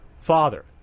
father